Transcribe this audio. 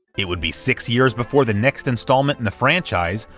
it would be six years before the next installment in the franchise,